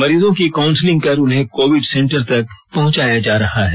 मरीजों की काउंसिलिंग कर उन्हें कोविड सेंटर तक पहुंचाया जा रहा है